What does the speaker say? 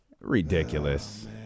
ridiculous